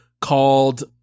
called